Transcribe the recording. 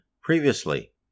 previously